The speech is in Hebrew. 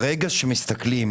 ברגע שמסתכלים